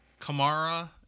Kamara